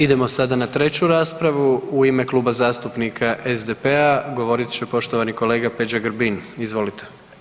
Idemo sada na 3. raspravu, u ime Kluba zastupnika SDP-a govorit će poštovani kolega Peđa Grbin, izvolite.